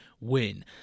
win